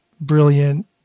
brilliant